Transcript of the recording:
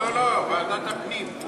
לא, לא, ועדת הפנים.